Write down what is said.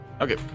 Okay